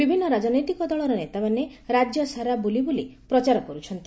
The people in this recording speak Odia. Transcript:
ବିଭିନ୍ନ ରାଜନୈତିକ ଦଳର ନେତାମାନେ ରାଜ୍ୟସାରା ବୁଲିବୁଲି ପ୍ରଚାର କରୁଛନ୍ତି